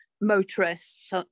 motorists